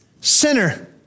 sinner